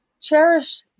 cherish